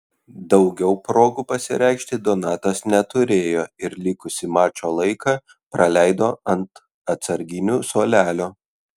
daugiau progų pasireikšti donatas neturėjo ir likusį mačo laiką praleido ant atsarginių suolelio